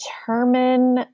determine